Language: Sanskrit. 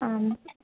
आम्